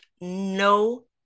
no